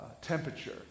temperature